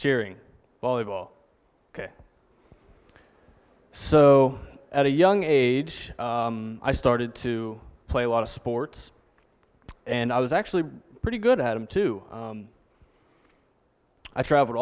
cheering volleyball ok so at a young age i started to play a lot of sports and i was actually pretty good at him too i traveled